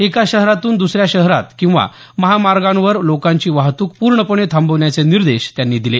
एका शहरातून दुसऱ्या शहरात किंवा महामार्गावर लोकांची वाहतूक पूर्णपणे थांबवण्याचे निर्देश त्यांनी दिले